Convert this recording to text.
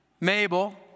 Mabel